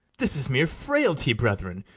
this is mere frailty brethren,